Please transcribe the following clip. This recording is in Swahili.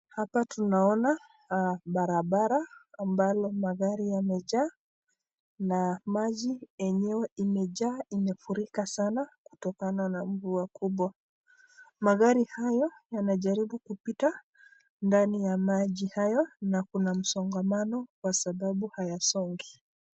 Hapa tunaona barabara ambalo magari yamejaa na maji yenyewe imejaa imefurika sana kutokana mvua kubwa, magari haya yanajaribu kupita ndani ya maji hayo na Kuna msongamono kwa sababu hayasongi.